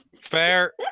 Fair